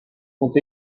ont